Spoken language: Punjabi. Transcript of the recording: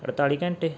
ਅਠਤਾਲੀ ਘੰਟੇ